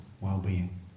well-being